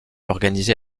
organisée